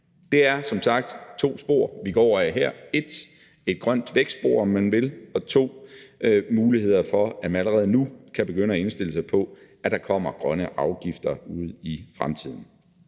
Det er som sagt to spor, vi går ad her: 1) et grønt vækstspor og 2) muligheder for, at man allerede nu kan begynde at indstille sig på, at der kommer grønne afgifter ude i fremtiden.